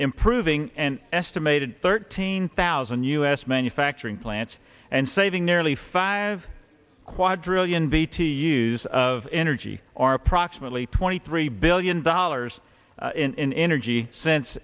improving and estimated thirteen thousand u s manufacturing plants and saving nearly five quadrillion v t use of energy or approximately twenty three billion dollars in energy s